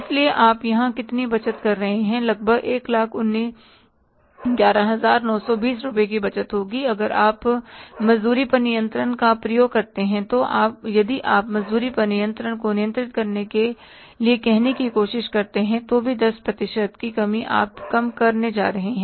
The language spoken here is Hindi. इसलिए आप यहां कितनी बचत कर रहे हैं लगभग 11920 रुपये की बचत होगी अगर आप मजदूरी पर नियंत्रण का प्रयोग करते हैं तो यदि आप मजदूरी पर नियंत्रण को नियंत्रित करने के लिए कहने की कोशिश करते हैं तो भी 10 प्रतिशत की कमी आप कम करने जा रहे हैं